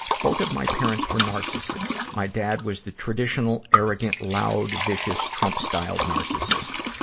both of my parents were narcissists. my dad was the traditional, arrogant, loud, vicious, trump-styled narcissist.